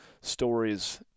stories